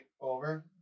over